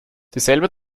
dieselbe